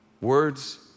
Words